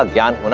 ah jala?